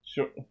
Sure